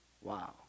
Wow